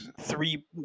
three